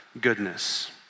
goodness